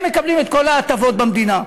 הם מקבלים את כל ההטבות במדינה.